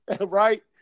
right